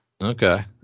Okay